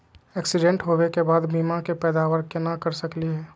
Accident होवे के बाद बीमा के पैदावार केना कर सकली हे?